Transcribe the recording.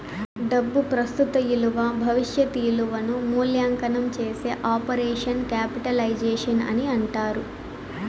డబ్బు ప్రస్తుత ఇలువ భవిష్యత్ ఇలువను మూల్యాంకనం చేసే ఆపరేషన్ క్యాపిటలైజేషన్ అని అంటారు